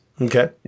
Okay